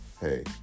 Hey